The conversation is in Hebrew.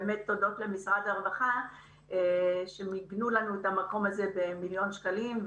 תודות למשרד הרווחה שמיגנו לנו את המקום הזה בעלות של כמיליון שקלים,